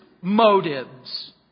motives